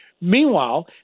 Meanwhile